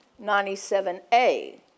97a